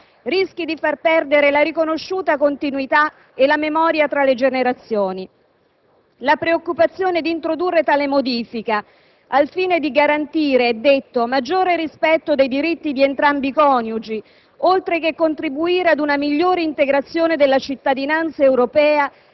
rischi di far perdere la riconosciuta continuità e la memoria tra le generazioni. La preoccupazione di introdurre tale modifica al fine di garantire - è detto - maggior rispetto dei diritti di entrambi i coniugi oltre che per contribuire ad una migliore integrazione della cittadinanza europea